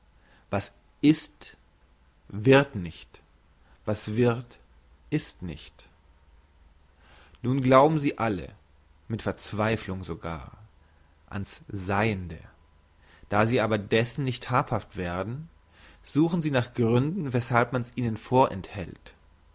was ist wird nicht was wird ist nicht nun glauben sie alle mit verzweiflung sogar an's seiende da sie aber dessen nicht habhaft werden suchen sie nach gründen weshalb man's ihnen vorenthält